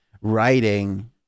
writing